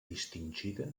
distingida